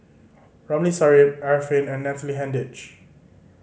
Ramli Sarip Arifin and Natalie Hennedige